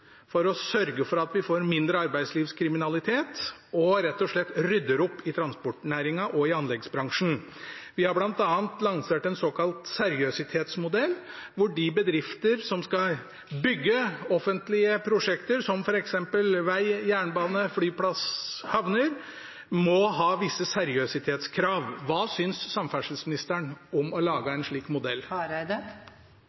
for å sørge for at vi får mindre arbeidslivskriminalitet og rett og slett rydder opp i transportnæringen og i anleggsbransjen. Vi har bl.a. lansert en såkalt seriøsitetsmodell, hvor de bedrifter som skal bygge offentlige prosjekter, som f.eks. veier, jernbane, flyplasser og havner, får visse seriøsitetskrav. Hva synes samferdselsministeren om å lage